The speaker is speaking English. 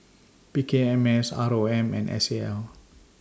P K M S R O M and S A L